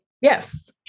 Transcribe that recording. Yes